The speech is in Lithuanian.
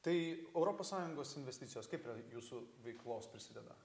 tai europos sąjungos investicijos kaip prie jūsų veiklos prisideda